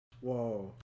Whoa